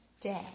day